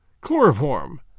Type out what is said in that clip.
chloroform